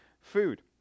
food